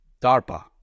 DARPA